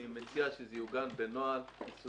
אני מציע שזה יעוגן בנוהל מסודר.